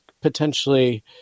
potentially